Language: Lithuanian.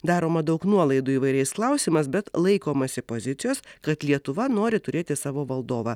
daroma daug nuolaidų įvairiais klausimais bet laikomasi pozicijos kad lietuva nori turėti savo valdovą